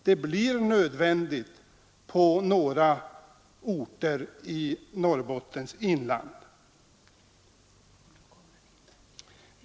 Det blir nödvändigt på några orter i Norrbottens inland.